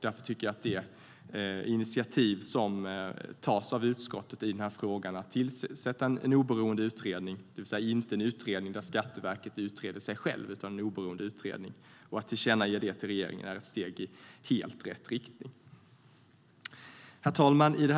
Därför tycker jag att utskottets initiativ i den här frågan, att tillsätta en oberoende utredning - inte en utredning där Skatteverket utreder sig självt - och att tillkännage detta för regeringen är ett steg i helt rätt riktning. Herr ålderspresident!